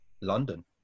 London